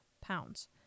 pounds